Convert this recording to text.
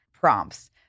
prompts